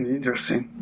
Interesting